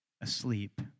asleep